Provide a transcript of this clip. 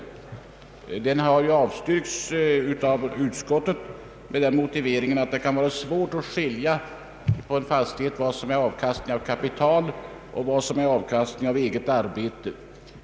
Motionerna har avstyrkts av utskottet med den motiveringen att det kan vara svårt att skilja på avkastning av kapital och avkastning av eget arbete när det gäller en fastighet.